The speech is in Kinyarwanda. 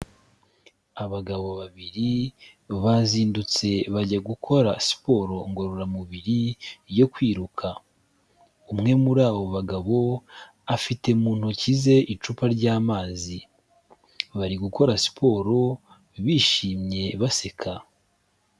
Abagabo babiri bazindutse bajya gukora siporo ngororamubiri yo kwiruka, umwe muri abo bagabo afite mu ntoki ze icupa ry'amazi, bari gukora siporo bishimye baseka.